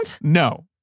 No